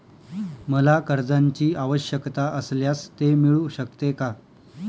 मला कर्जांची आवश्यकता असल्यास ते मिळू शकते का?